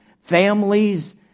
families